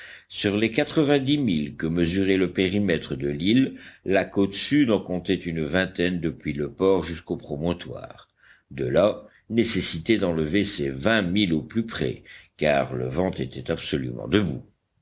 sur les quatrevingt dix milles que mesurait le périmètre de l'île la côte sud en comptait une vingtaine depuis le port jusqu'au promontoire de là nécessité d'enlever ces vingt milles au plus près car le vent était absolument debout